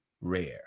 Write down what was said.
rare